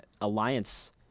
alliance